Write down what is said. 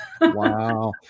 Wow